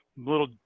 little